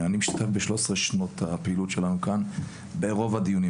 אני משתתף ב-13 שנות הפעילות שלנו כאן ברוב הדיונים,